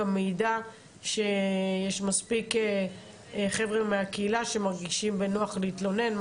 מעידה שיש מספיק חבר'ה מהקהילה שמרגישים בנוח להתלונן,